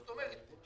זאת אומרת,